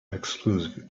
exclusive